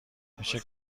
میشه